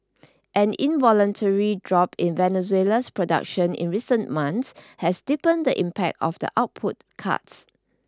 an involuntary drop in Venezuela's production in recent months has deepened the impact of the output cuts